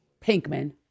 Pinkman